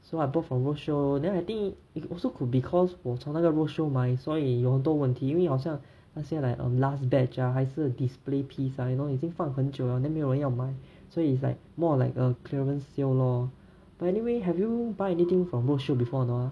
so I bought from roadshow then I think it also could be because 我从那个 roadshow 买所以有多问题因为好像那些 like um last batch ah 还是 the display piece ah you know 已经放很久了 then 没有人要买所以 is like more of like a clearance sale lor but anyway have you buy anything from roadshow before or not ah